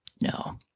No